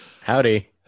Howdy